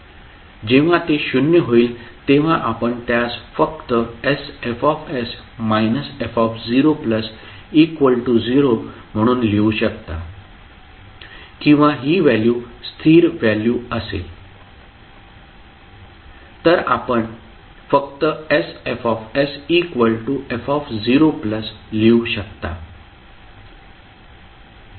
जेव्हा ते शून्य होईल तेव्हा आपण त्यास फक्त sFs f00 म्हणून लिहू शकता किंवा ही व्हॅल्यू स्थिर व्हॅल्यू असेल तर आपण फक्त sFsf0 लिहू शकता